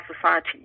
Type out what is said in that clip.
society